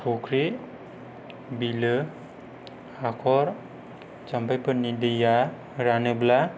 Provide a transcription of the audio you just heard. फख्रि बिलो हाखर जाम्फैफोरनि दैया रानोब्ला